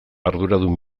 arduradun